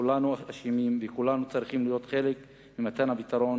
כולנו אשמים וכולנו צריכים להיות חלק ממתן הפתרון